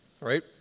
Right